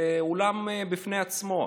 זה עולם בפני עצמו.